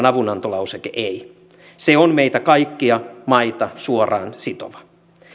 avunantolauseke ei se on meitä kaikkia maita suoraan sitova